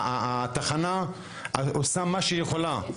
התחנה עושה מה שהיא יכולה.